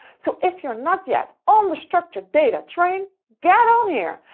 so, if you're not yet on the structured data train, get on there,